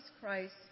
Christ